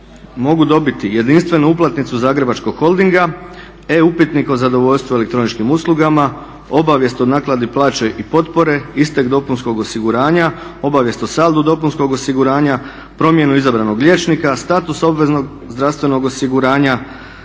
mogu dobiti jedinstvenu uplatnicu Zagrebačkog holdinga, e-upitnik o zadovoljstvu elektroničkim uslugama, obavijest o nakladi plaće i potpore, istek dopunskog osiguranja, obavijest o saldu dopunskog osiguranja, promjenu izabranog liječnika, status obveznog zdravstvenog osiguranja,